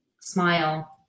smile